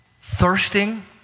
thirsting